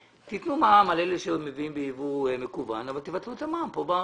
תנו מע"מ לאלה שמביאים ביבוא מקוון אבל תבטלו את המע"מ כאן בארץ.